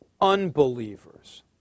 unbelievers